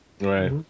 Right